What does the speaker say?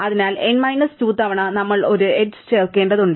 അതിനാൽ n minus 2 തവണ നമ്മൾ ഒരു എഡ്ജ് ചേർക്കേണ്ടതുണ്ട്